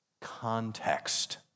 context